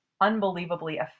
unbelievably